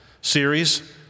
series